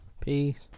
peace